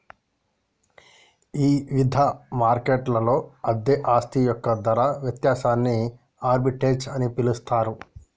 ఇవిధ మార్కెట్లలో అదే ఆస్తి యొక్క ధర వ్యత్యాసాన్ని ఆర్బిట్రేజ్ అని పిలుస్తరు